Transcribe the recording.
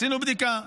עשינו בדיקה,